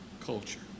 culture